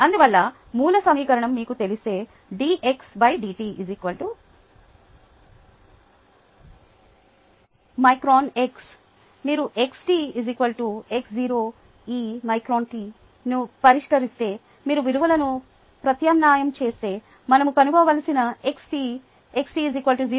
అందువల్ల మూల సమీకరణం మీకు తెలిస్తే dxdt μx మీరు xt x0eμt ను పరిష్కరిస్తే మీరు విలువలను ప్రత్యామ్నాయం చేస్తే మనం కనుగొనవలసిన xt xt 0